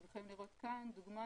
אתם יכולים לראות כאן דוגמה,